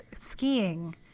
skiing